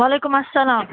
وعلیکُم اَسلام